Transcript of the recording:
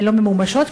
הן לא מממשות אותם,